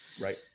Right